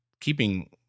keeping